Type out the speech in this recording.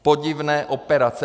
Podivné operace.